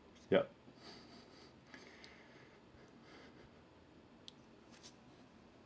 yup